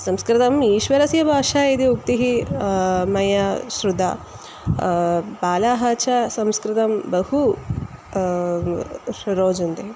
संस्कृतम् ईश्वरस्य भाषा इति उक्तिः मया श्रुता बालाः च संस्कृतं बहु रोचन्ते